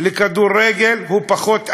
לכדורגל הוא פחות אלים,